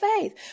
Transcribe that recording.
faith